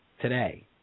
today